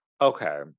Okay